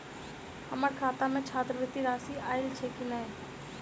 हम्मर खाता मे छात्रवृति राशि आइल छैय की नै?